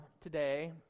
today